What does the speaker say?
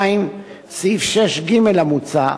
2. סעיף 6ג המוצע,